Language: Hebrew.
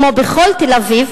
כמו בכל תל-אביב,